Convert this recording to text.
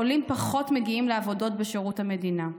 עולים פחות מגיעים לעבודות בשירות המדינה.